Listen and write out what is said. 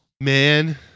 man